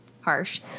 harsh